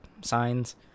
signs